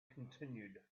continued